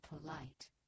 polite